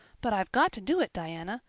but i've got to do it, diana.